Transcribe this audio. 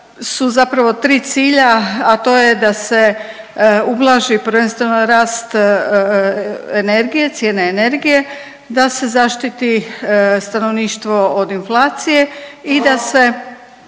su zapravo tri cilja, a to je da se ublaži prvenstveno rast energije, cijene energije, da se zaštiti stanovništvo od inflacije i da se